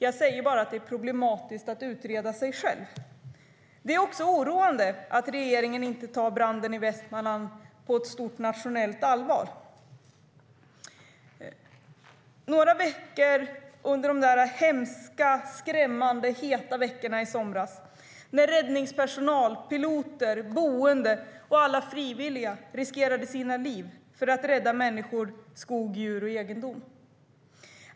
Jag säger bara att det är problematiskt att utreda sig själv. Det är också oroande att regeringen inte tar branden i Västmanland på stort nationellt allvar. Under de där hemska, skrämmande, heta veckorna i somras riskerade räddningspersonal, piloter, boende och alla frivilliga sina liv för att rädda människor, skog, djur och egendom.